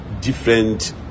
different